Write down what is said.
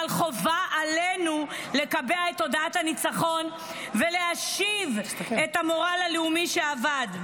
אבל חובה עלינו לקבע את תודעת הניצחון ולהשיב את המורל הלאומי שאבד.